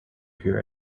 hear